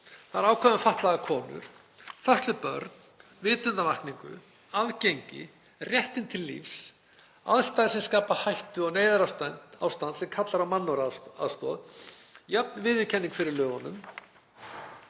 Það er ákvæði um fatlaðar konur, fötluð börn, vitundarvakningu, aðgengi, réttinn til lífs, aðstæður sem skapa hættu og neyðarástand sem kallar á mannúðaraðstoð, jafna viðurkenningu fyrir lögum,